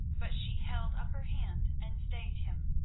but she held up her hand and stayed him.